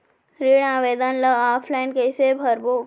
ऋण आवेदन ल ऑफलाइन कइसे भरबो?